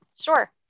Sure